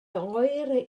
oer